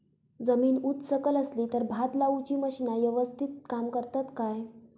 जमीन उच सकल असली तर भात लाऊची मशीना यवस्तीत काम करतत काय?